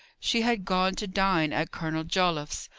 she had gone to dine at colonel joliffe's,